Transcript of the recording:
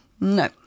No